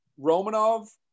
Romanov